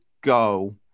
go